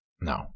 No